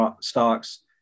stocks